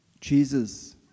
Jesus